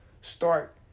start